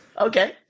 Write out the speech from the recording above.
Okay